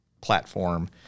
platform